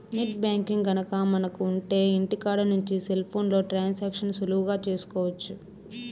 net banking గనక మనకు ఉంటె ఇంటికాడ నుంచి సెల్ ఫోన్లో ట్రాన్సాక్షన్స్ సులువుగా చేసుకోవచ్చు